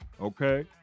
okay